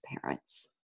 parents